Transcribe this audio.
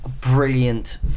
brilliant